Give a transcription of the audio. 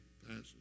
passion